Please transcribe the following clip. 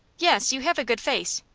yes you have a good face.